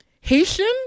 haitian